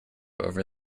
over